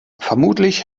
vermutlich